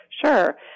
Sure